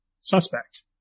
suspect